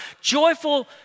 joyful